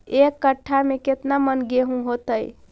एक कट्ठा में केतना मन गेहूं होतै?